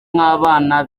nk’abana